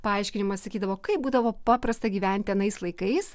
paaiškinimas sakydavo kaip būdavo paprasta gyventi anais laikais